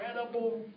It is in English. incredible